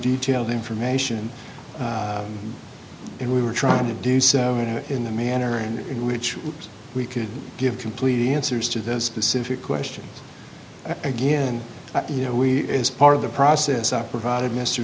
detailed information and we were trying to do so in the manner in which we could give complete answers to the specific questions again you know we as part of the process i provided mr